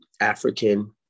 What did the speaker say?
African